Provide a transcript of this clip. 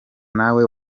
nawe